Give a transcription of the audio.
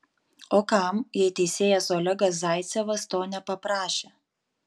o kam jei teisėjas olegas zaicevas to nepaprašė